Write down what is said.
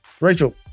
Rachel